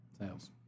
Sales